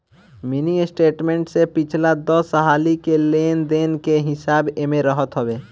mini statement में पिछला दस हाली के लेन देन के हिसाब एमे रहत हवे